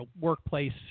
workplace